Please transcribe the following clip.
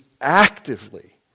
actively